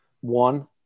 one